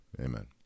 amen